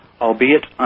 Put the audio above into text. albeit